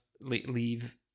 leave